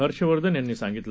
हर्षवर्धन यांनी सांगितलं